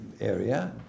area